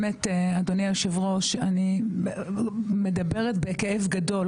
אדוני היושב-ראש, אני מדברת בכאב גדול.